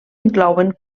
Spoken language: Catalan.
inclouen